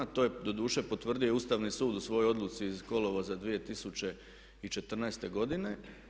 To je doduše potvrdio i Ustavni sud u svojoj odluci iz kolovoza 2014. godine.